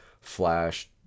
Flash